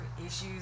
issues